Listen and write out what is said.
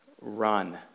run